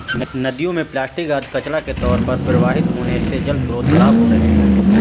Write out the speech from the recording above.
नदियों में प्लास्टिक आदि कचड़ा के तौर पर प्रवाहित होने से जलस्रोत खराब हो रहे हैं